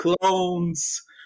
clones